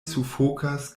sufokas